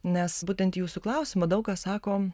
nes būtent jūsų klausimą daug kas sako